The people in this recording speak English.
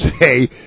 say